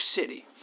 City